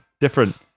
Different